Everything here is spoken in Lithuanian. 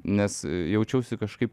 nes jaučiausi kažkaip